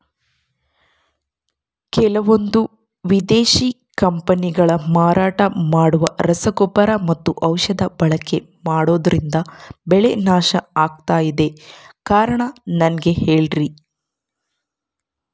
ಕೆಲವಂದು ವಿದೇಶಿ ಕಂಪನಿಗಳು ಮಾರಾಟ ಮಾಡುವ ರಸಗೊಬ್ಬರ ಮತ್ತು ಔಷಧಿ ಬಳಕೆ ಮಾಡೋದ್ರಿಂದ ಬೆಳೆ ನಾಶ ಆಗ್ತಾಇದೆ? ಕಾರಣ ನನಗೆ ಹೇಳ್ರಿ?